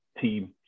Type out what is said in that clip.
team